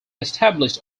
established